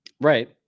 right